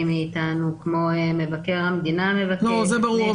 מאיתנו כמו מבקר המדינה --- זה ברור.